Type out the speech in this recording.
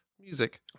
music